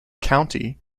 county